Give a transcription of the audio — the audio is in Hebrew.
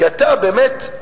כי באמת,